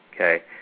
okay